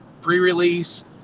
pre-release